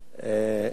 כבוד היושב-ראש,